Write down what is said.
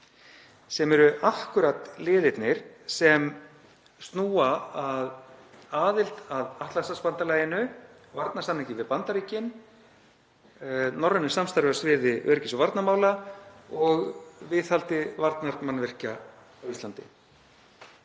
sem eru akkúrat liðirnir sem snúa að aðild að Atlantshafsbandalaginu, varnarsamningnum við Bandaríkin, norrænu samstarfi á sviði öryggis- og varnarmála og viðhaldi varnarmannvirkja á Íslandi.